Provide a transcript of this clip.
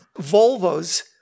volvos